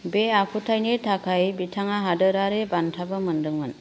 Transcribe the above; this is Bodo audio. बे आखुथायनि थाखाय बिथाङा हादोरारि बान्थाबो मोन्दोंमोन